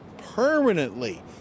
Permanently